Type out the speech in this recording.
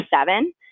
Seven